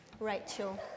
Rachel